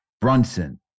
Brunson